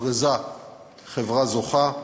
והוכרזה חברה זוכה,